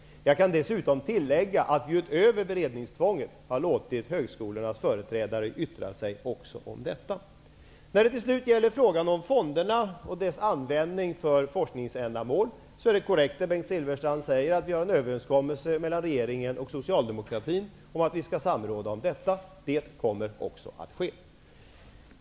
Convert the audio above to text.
Jag kan dessutom tillägga att vi utöver beredningstvånget har låtit högskolornas företrädare yttra sig även om detta. Det är korrekt som Bengt Silfverstrand säger i fråga om fonderna och deras användning för forskningsändamål att det finns en överenskommelse mellan regeringen och socialdemokratin om att vi skall samråda om detta. Det kommer också att ske.